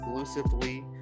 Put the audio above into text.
exclusively